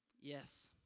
Yes